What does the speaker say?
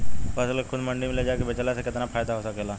फसल के खुद मंडी में ले जाके बेचला से कितना फायदा हो सकेला?